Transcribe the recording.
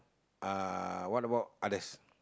uh what about others